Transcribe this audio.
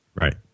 Right